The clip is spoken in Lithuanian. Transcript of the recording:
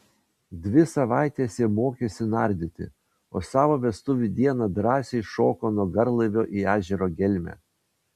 dvi savaites jie mokėsi nardyti o savo vestuvių dieną drąsiai šoko nuo garlaivio į ežero gelmę